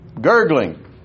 Gurgling